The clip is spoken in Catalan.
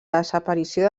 desaparició